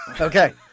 Okay